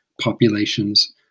populations